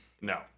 no